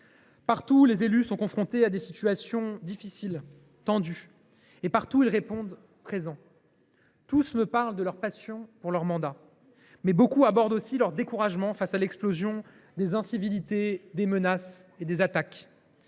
Partout, les élus sont confrontés à des situations difficiles, tendues, mais partout ils répondent présent. Tous me parlent de leur passion pour leur mandat, mais beaucoup évoquent aussi leur découragement face à l’explosion des incivilités, des menaces et des attaques.